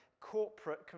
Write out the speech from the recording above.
corporate